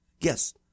Yes